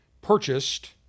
purchased